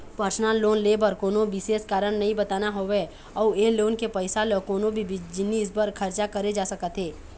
personal loan ले बर कोनो बिसेस कारन नइ बताना होवय अउ ए लोन के पइसा ल कोनो भी जिनिस बर खरचा करे जा सकत हे